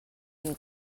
and